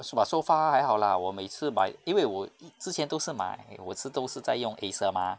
可是 but so far 还好 lah 我每次买因为我 y~ 之前都是买我每次都是在用 acer mah